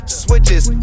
switches